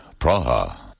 Praha